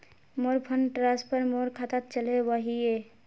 मोर fund transfer मोर खातात चले वहिये